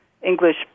English